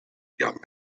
young